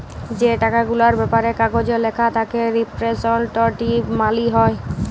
যে টাকা গুলার ব্যাপারে কাগজে ল্যাখা থ্যাকে রিপ্রেসেলট্যাটিভ মালি হ্যয়